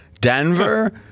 Denver